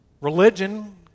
Religion